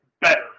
better